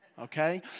Okay